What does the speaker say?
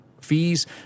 fees